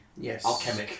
Yes